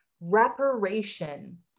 reparation